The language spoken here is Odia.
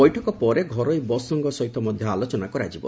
ବୈଠକ ପରେ ଘରୋଇ ବସ୍ ସଂଘ ସହିତ ମଧ୍ଧ ଆଲୋଚନା କରାଯିବ